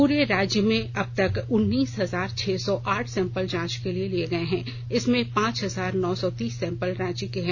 पूरे राज्य में अब तक उन्नीस हजार छह सौ आठ सैंपल जांच के लिए लिये गए हैं इसमें पांच हजार नौ सौ तीस सैंपल रांची जिले के हैं